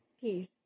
Peace